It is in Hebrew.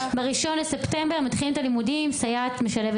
ב-1 בספטמבר מתחילים את הלימודים ויש סייעת משלבת